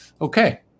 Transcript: Okay